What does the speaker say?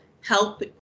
help